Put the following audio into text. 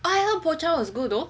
oh I heard Pocha was good though